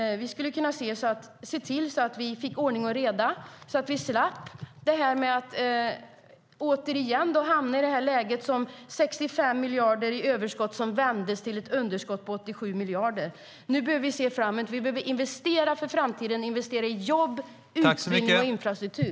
Vi skulle kunna se till att vi fick ordning och reda, så att vi slapp att återigen hamna i detta läge. 65 miljarder i överskott vändes till ett underskott på 87 miljarder. Nu behöver vi se framåt. Vi behöver investera för framtiden, investera i jobb, utbildning och infrastruktur.